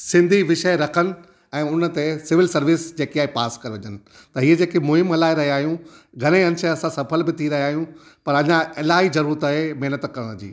सिंधी विषय रखनि ऐं उन ते सिविल सर्विस जेके आहे पास करजनि त हीअ जेकी मुहिम हलाए रहिया आहियूं घणेई हंधि त असां सफल बि थी रहिया आहियूं पर अञा इलाही ज़रूरत आहे महिनतु करण जी